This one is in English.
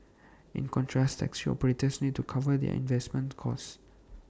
in contrast taxi operators need to cover their investment costs